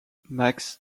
max